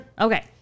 Okay